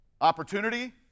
Opportunity